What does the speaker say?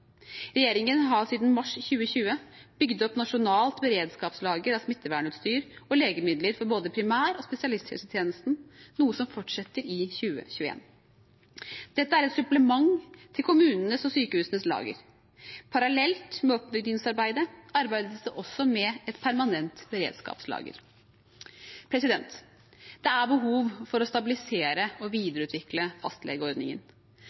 Regjeringen har siden mars 2020 bygd opp nasjonalt beredskapslager av smittevernutstyr og legemidler for både primær- og spesialisthelsetjenesten, noe som fortsetter i 2021. Dette er et supplement til kommunenes og sykehusenes lager. Parallelt med oppryddingsarbeidet arbeides det også med et permanent beredskapslager. Det er behov for å stabilisere og